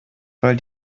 weil